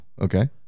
okay